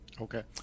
Okay